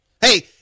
Hey